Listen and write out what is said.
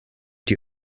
die